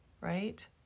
right